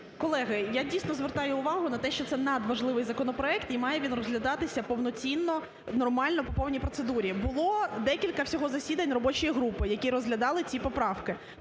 Колеги, я дійсно звертаю увагу на те, що це надважливий законопроект і має він розглядатися повноцінно, нормально, по повній процедурі. Було декілька всього засідань робочої групи, які розглядали ці поправки,